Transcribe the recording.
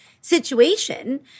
situation